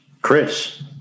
Chris